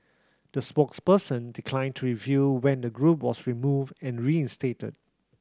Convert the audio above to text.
the spokesperson declined to reveal when the group was removed and reinstated